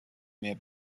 mehr